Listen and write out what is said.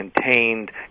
contained